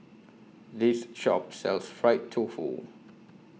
This Shop sells Fried Tofu